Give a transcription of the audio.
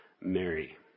Mary